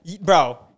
bro